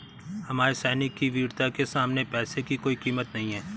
हमारे सैनिक की वीरता के सामने पैसे की कोई कीमत नही है